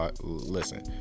listen